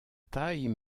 taille